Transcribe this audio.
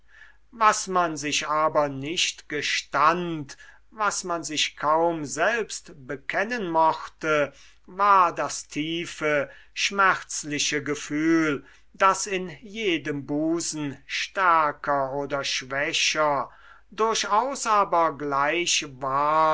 was man sich aber nicht gestand was man sich kaum selbst bekennen mochte war das tiefe schmerzliche gefühl das in jedem busen stärker oder schwächer durchaus aber gleich